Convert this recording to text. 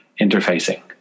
interfacing